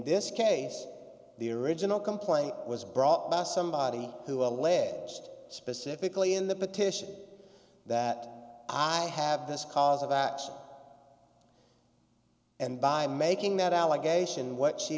this case the original complaint was brought by somebody who alleged specifically in the petition that i have this cause of action and by making that allegation what she